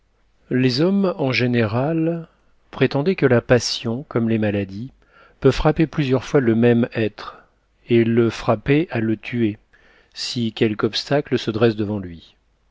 les hommes en général prétendaient que la passion comme les maladies peut frapper plusieurs fois le même être et le frapper à le tuer si quelque obstacle se dresse devant lui